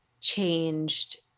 changed